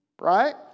Right